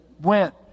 went